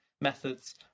methods